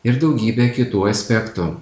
ir daugybė kitų aspektų